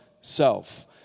self